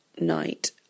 night